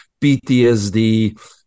PTSD